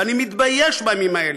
ואני מתבייש בימים האלה.